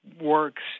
works